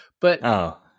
But-